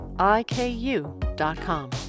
IKU.com